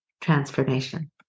transformation